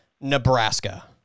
Nebraska